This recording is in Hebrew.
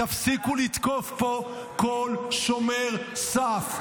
תפסיקו לתקוף פה כל שומר סף.